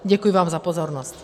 Děkuji vám za pozornost.